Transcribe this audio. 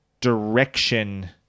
direction